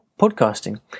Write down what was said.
podcasting